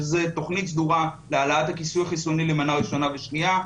שזה תכנית סדורה להעלאת הכיסוי החיסוני למנה ראשונה ושנייה,